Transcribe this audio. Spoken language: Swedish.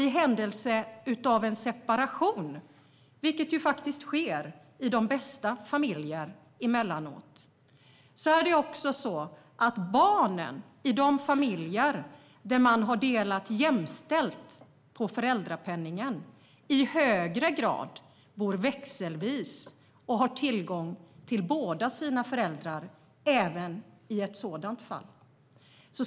I händelse av en separation, vilket emellanåt faktiskt sker i de bästa familjer, bor barnen i de familjer där man har delat jämställt på föräldrapenningen i högre grad växelvis hos föräldrarna och har tillgång till båda.